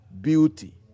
beauty